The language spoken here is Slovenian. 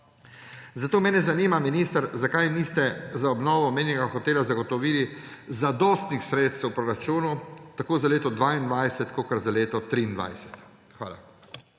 Zato mene zanima, minister: Zakaj niste za obnovo omenjenega hotela zagotovili zadostnih sredstev v proračunu tako za leto 2022 kot za leto 2023? Hvala.